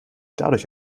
dadurch